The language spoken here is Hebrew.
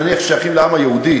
נניח שהם שייכים לעם היהודי,